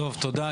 תודה.